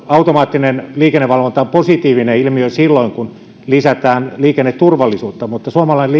automaattinen liikennevalvonta on positiivinen ilmiö silloin kun lisätään liikenneturvallisuutta mutta suomalainen